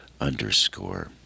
Underscore